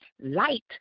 light